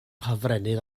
hofrennydd